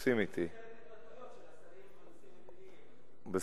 כך אמר השר בגין, שכך הוא מתרגם את שיחות הקרבה.